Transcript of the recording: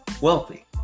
wealthy